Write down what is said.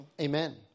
Amen